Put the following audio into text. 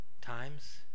times